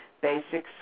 basic